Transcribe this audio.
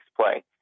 play